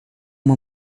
uma